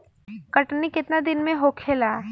कटनी केतना दिन में होखेला?